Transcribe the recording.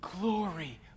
glory